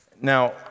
Now